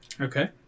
Okay